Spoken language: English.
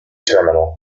terminal